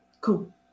cool